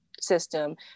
system